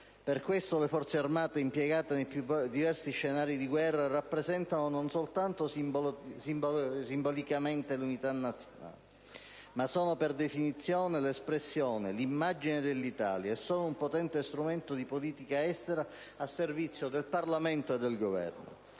Per questo, le Forze armate impiegate nei diversi scenari di guerra rappresentano non soltanto simbolicamente l'unità nazionale, ma sono per definizione l'espressione e l'immagine dell'Italia e sono un potente strumento di politica estera a servizio del Parlamento e del Governo.